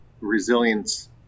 resilience